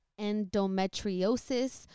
endometriosis